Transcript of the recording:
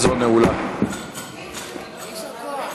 (מס' 31)